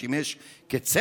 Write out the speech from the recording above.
והוא שימש כצנזור,